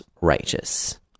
righteous